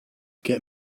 get